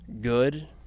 good